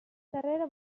darrere